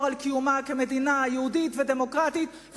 על קיומה של ישראל כמדינה יהודית ודמוקרטית,